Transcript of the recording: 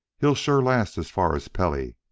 he'll sure last as far as pelly,